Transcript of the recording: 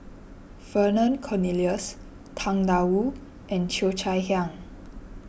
Vernon Cornelius Tang Da Wu and Cheo Chai Hiang